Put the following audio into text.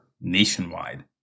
Nationwide